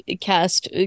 cast